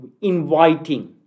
inviting